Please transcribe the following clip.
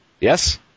Yes